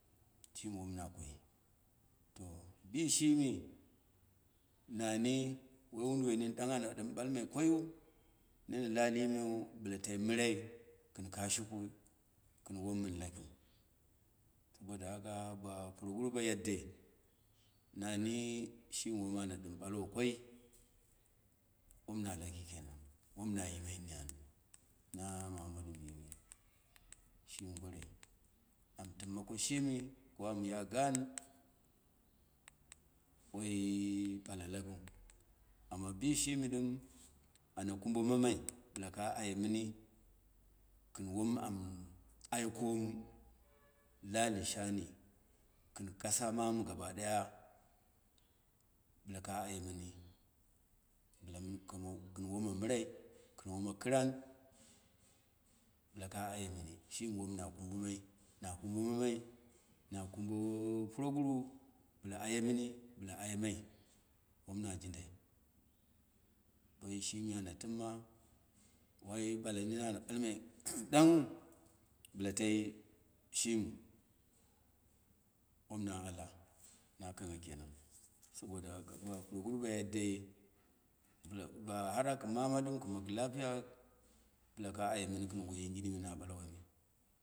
Shimi wom na koi, bishimi, nani woi wodu woi nen ɗang ana ɗɨm ɓalmo koyio, nene lali meu bɨla tai mɨrai kɨn kashuku kɨn wom mɨn lakiu saboda haka, ba puroguru be yadde nang shim wom ana ɗɨm ɓalwo koi wom na laki kenan wom na yimai nani na mohammadu miyim, shimi goroi an tɨmma ko shimi, ko an ya gan, woi bala lakiu, amma bishimi ɗɨm ana kuba mamai, bɨla ka aye mɨni kɨn wom an aye konu lahi shani, kɨn kasa manu gab a ɗaya, bɨla ka aye mɨni gɨn womo mɨrai kɨn womo kɨran bɨla ka aye mɨni, shim wom na kubumai, na kubu manai, na kubo purogu ru bɨla aye mini, bɨla aye mai, wom na lindai, boyi shinai ana tɨmma woi ɓala mini ana ɓalmai, danghu bɨla tai shimiu, wom na aha, na kangha kenan, saboda haka puroguru ba yadda har aku man ɗin, bɨla ku yaku lapiya, bɨla ka aye mɨni dɨm woi ginim na ɓalwa.